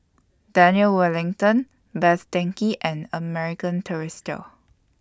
Daniel Wellington Best Denki and American Tourister